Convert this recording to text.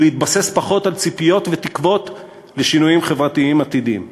ולהתבסס פחות על ציפיות ותקוות לשינויים חברתיים עתידיים".